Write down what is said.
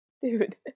Dude